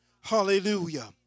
hallelujah